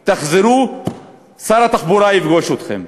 תחזרו, שר התחבורה יפגוש אתכם.